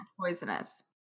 poisonous